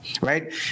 right